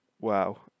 wow